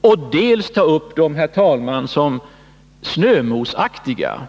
och dels ta upp dem som snömosaktiga.